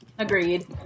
Agreed